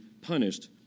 punished